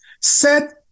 Set